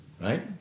Right